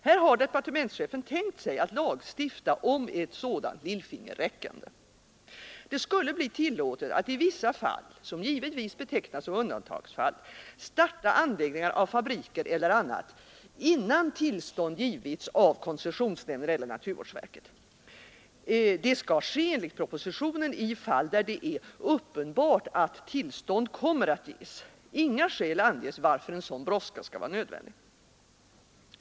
Här har departementschefen tänkt sig att lagstifta om ett sådant lillfingerräckande. Det skulle bli tillåtet att i vissa fall — som givetvis betecknas som undantagsfall — starta anläggningar av fabriker eller annat, innan tillstånd givits av koncessionsnämnden eller naturvårdsverket. Det skall — enligt propositionen — ske i fall där det är uppenbart att tillstånd kommer att ges. Inga skäl anges varför en sådan brådska skall vara nödvändig.